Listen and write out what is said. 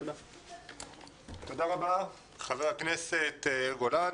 תודה רבה, חבר הכנסת גולן.